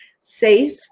safe